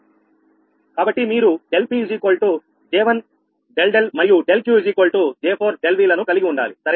కాబట్టి మీరు ∆P J1∆𝛿 మరియు ∆Q J4∆𝑉 లను కలిగి ఉండాలి సరేనా